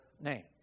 name